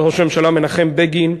וראש הממשלה מנחם בגין,